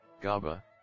GABA